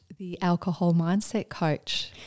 thealcoholmindsetcoach